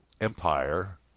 empire